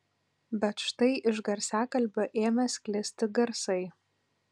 bet štai iš garsiakalbio ėmė sklisti garsai